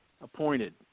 appointed